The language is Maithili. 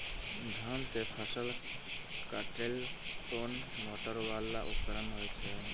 धान के फसल काटैले कोन मोटरवाला उपकरण होय छै?